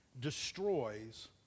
destroys